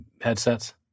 headsets